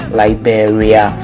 liberia